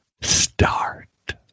start